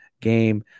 game